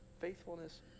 faithfulness